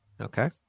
Okay